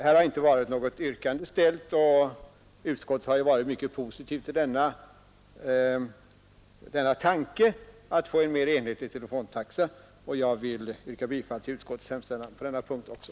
Här har inte ställts något yrkande, och utskottet har ju också varit mycket positivt till tanken på en mer enhetlig teletaxa. Jag vill även på denna punkt yrka bifall till utskottets hemställan.